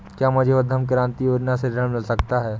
क्या मुझे उद्यम क्रांति योजना से ऋण मिल सकता है?